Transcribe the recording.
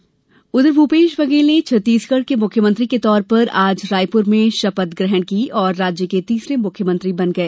Chhattisgarh CM Shri Bhupesh Baghel ने छत्तीसगढ़ के मुख्यमंत्री के तौर पर आज रायपुर में शपथ ग्रहण की और राज्य के तीसरे मुख्यमंत्री बन गए